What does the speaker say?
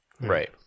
Right